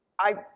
i,